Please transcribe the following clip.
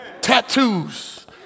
tattoos